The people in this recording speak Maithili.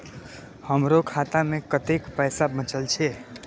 हमरो खाता में कतेक पैसा बचल छे?